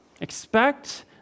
expect